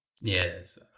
Yes